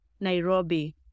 Nairobi